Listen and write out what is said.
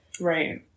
Right